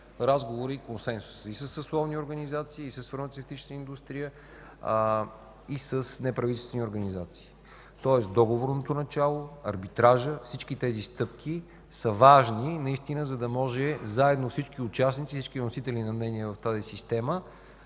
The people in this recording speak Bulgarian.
разговори и консенсус и със съсловни организации, и с фармацевтична индустрия, и с неправителствени организации. Тоест договорното начало, арбитражът, всички тези стъпки са важни наистина, за да може всички участници, всички носители на мнения в тази система